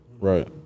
right